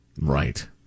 Right